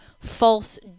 false